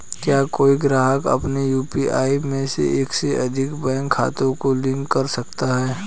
क्या कोई ग्राहक अपने यू.पी.आई में एक से अधिक बैंक खातों को लिंक कर सकता है?